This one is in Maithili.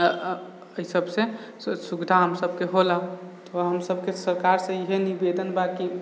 एहिसबसे सुविधा हमसबके होला थोड़ा हमसबके सरकार से ईहे निवेदन बा की